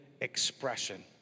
expression